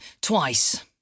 twice